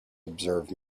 observe